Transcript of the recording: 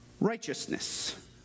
righteousness